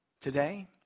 Today